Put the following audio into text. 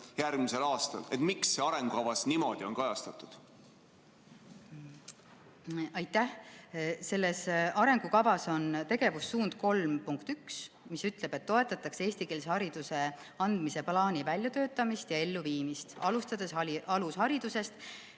järgmisel aastal. Miks see arengukavas niimoodi on kajastatud? Aitäh! Selles arengukavas on tegevussuund 3.1, mis ütleb, et toetatakse eestikeelse hariduse andmise plaani väljatöötamist ja elluviimist, alustades alusharidusest,